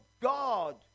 God